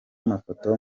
mafoto